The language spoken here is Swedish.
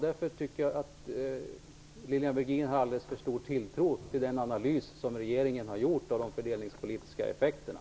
Därför tycker jag att Lilian Virgin sätter alltför stor tilltro till regeringens analys av de fördelningspolitiska effekterna.